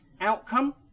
outcome